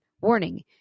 Warning